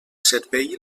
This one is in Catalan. servei